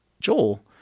Joel